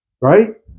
right